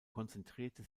konzentrierte